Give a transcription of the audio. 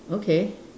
okay